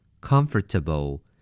Comfortable